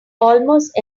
almost